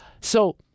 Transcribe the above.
So-